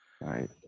right